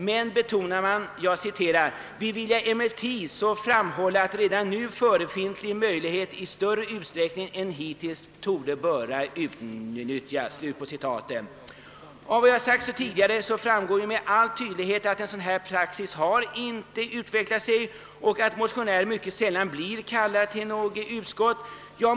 Men man betonade: »Vi vilja emellertid framhålla att redan nu förefintlig möjlighet i större utsträckning än hittills torde böra utnyttjas.» Av vad jag sagt tidigare framgår med all tydlighet att en dylik praxis inte har utvecklat sig och att motionär mycket sällan blir kallad till något utskott.